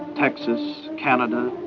texas, canada,